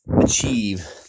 achieve